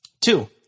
Two